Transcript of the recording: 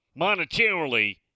monetarily